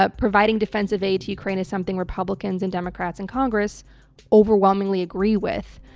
ah providing defensive aid to ukraine is something republicans and democrats in congress overwhelmingly agree with.